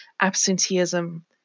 absenteeism